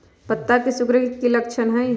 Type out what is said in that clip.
पत्ता के सिकुड़े के की लक्षण होइ छइ?